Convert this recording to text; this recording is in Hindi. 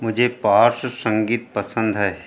मुझे पार्श्व संगीत पसंद है